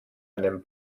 einem